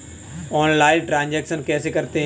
Online transaction कैसे करते हैं?